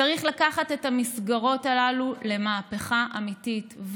צריך לקחת את המסגרות הללו למהפכה אמיתית.